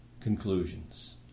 conclusions